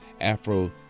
afro